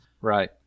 Right